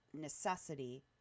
necessity